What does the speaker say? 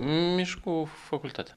miškų fakultete